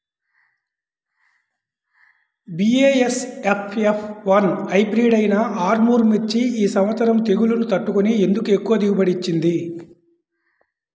BASF F one hybrid అయినా ఆర్ముర్ మిర్చి ఈ సంవత్సరం తెగుళ్లును తట్టుకొని ఎందుకు ఎక్కువ దిగుబడి ఇచ్చింది?